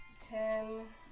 Ten